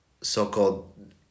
so-called